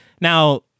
Now